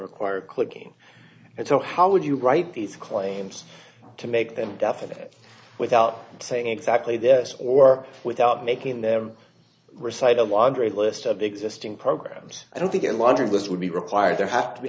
require clicking and so how would you write these claims to make them definite without saying exactly this or without making them recite a laundry list of existing programs i don't think a lot of this would be required there have to be